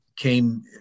came